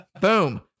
Boom